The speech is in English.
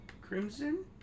Crimson